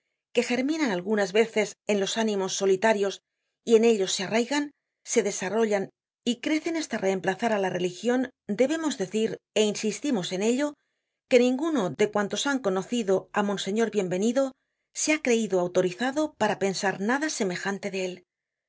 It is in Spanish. que germinan algunas veces en los ánimos solitarios y en ellos se arraigan se esarrollan y crecen basta reemplazar á la religion debemos decir é insistimos en ello que ninguno de cuantos han conocido á monseñor bienvenido se ha creido autorizado para pensar nada semejante de él